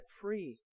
free